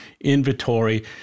inventory